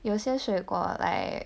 有些水果 like